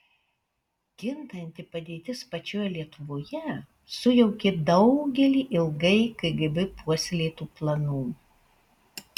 kintanti padėtis pačioje lietuvoje sujaukė daugelį ilgai kgb puoselėtų planų